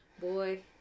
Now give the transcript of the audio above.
Boy